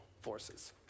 forces